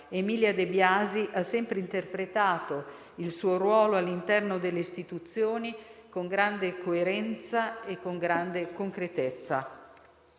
Emilia De Biasi ha sempre interpretato il suo ruolo all'interno delle Istituzioni con grande coerenza e con grande concretezza.